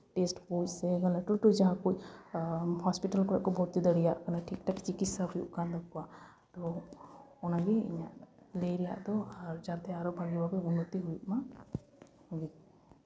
test ᱠᱚ ᱥᱮ ᱞᱟᱹᱴᱩ ᱞᱟᱹᱴᱩ ᱡᱟᱦᱟᱸ ᱠᱚ ᱦᱚᱥᱯᱤᱴᱟᱞ ᱠᱚᱨᱮ ᱠᱚ ᱵᱷᱚᱨᱛᱤ ᱫᱟᱲᱮᱭᱟᱜ ᱠᱟᱱᱟ ᱴᱷᱤᱠ ᱴᱷᱟᱠ ᱛᱤᱠᱤᱪᱪᱷᱟ ᱦᱩᱭᱩᱜ ᱠᱟᱱ ᱛᱟᱠᱚᱣᱟ ᱛᱳ ᱚᱱᱟᱜᱮ ᱤᱧᱟᱹᱜ ᱞᱟᱹᱭ ᱨᱮᱭᱟᱜ ᱫᱚ ᱡᱟᱛᱮ ᱟᱨᱚ ᱵᱷᱟᱹᱜᱤ ᱵᱷᱟᱵᱮ ᱩᱱᱱᱚᱛᱤ ᱦᱩᱭᱩᱜ ᱢᱟ